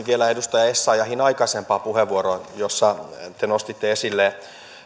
vielä edustaja essayahin aikaisempaan puheenvuoroon jossa te nostitte esille